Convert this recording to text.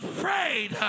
Afraid